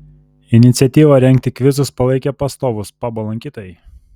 iniciatyvą rengti kvizus palaikė pastovūs pabo lankytojai